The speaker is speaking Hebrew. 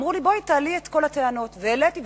אמרו לי: בואי, תעלי את כל הטענות, והעליתי.